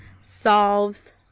solves